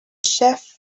chief